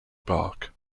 bark